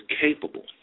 capable